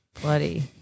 Bloody